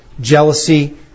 jealousy